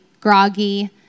groggy